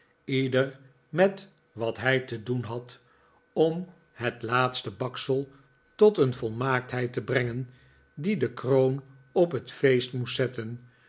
ieder met wat hij te doen had om het laatste baksel tot een volmaaktheid te brengen die de kroon op het feest moest zetten